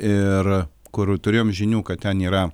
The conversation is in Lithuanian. ir kur turėjom žinių kad ten yra